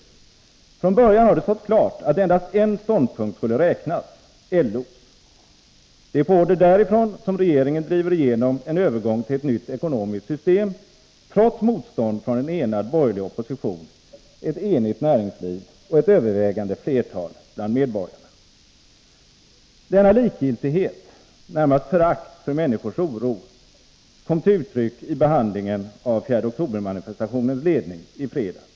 Från början har det stått klart att endast en ståndpunkt skulle räknas: LO:s. Det är på order därifrån som regeringen driver igenom en övergång till ett nytt ekonomiskt system trots motstånd från en enad borgerlig opposition, ett enigt näringsliv och ett övervägande flertal bland medborgarna. Denna likgiltighet, närmast förakt, för människors oro kom till uttryck i behandlingen av 4-oktobermanifestationens ledning i fredags.